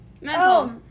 Mental